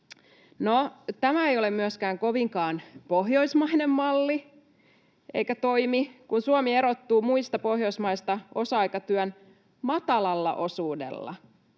Tämä ei ole myöskään kovinkaan pohjoismainen malli eikä toimi, kun Suomi erottuu muista pohjoismaista osa-aikatyön matalalla osuudella.